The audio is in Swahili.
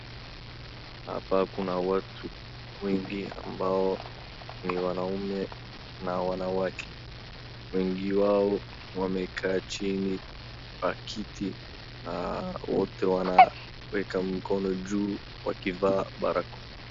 Hapa kuna watu wengi ambao ni wanaume na wanawake. Wengi wao wamekaa chini kwa kiti na wote wanaweka mkono juu wakivaa barakoa.